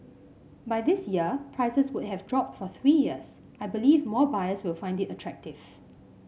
by this year prices would have dropped for three years I believe more buyers will find it attractive